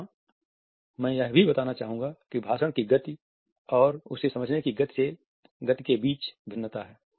यहाँ मैं यह भी बताना चाहूँगा कि भाषण की गति और उसे समझने की गति के बीच भिन्नता है